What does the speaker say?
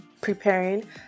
preparing